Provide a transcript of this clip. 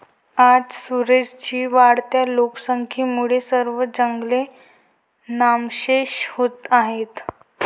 आज सुरेश जी, वाढत्या लोकसंख्येमुळे सर्व जंगले नामशेष होत आहेत